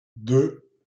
deux